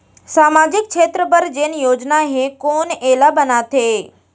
सामाजिक क्षेत्र बर जेन योजना हे कोन एला बनाथे?